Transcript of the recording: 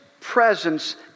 presence